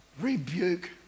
rebuke